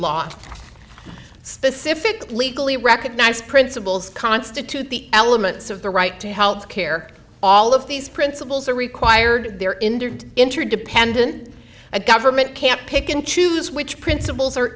law specific legally recognized principles constitute the elements of the right to health care all of these principles are required there endured interdependent a government can't pick and choose which principles are